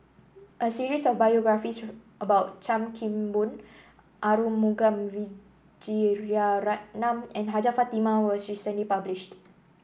a series of biographies about Chan Kim Boon Arumugam Vijiaratnam and Hajjah Fatimah was recently published